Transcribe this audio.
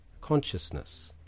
consciousness